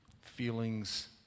Feelings